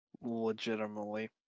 Legitimately